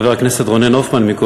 חבר הכנסת רונן הופמן.